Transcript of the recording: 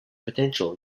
potential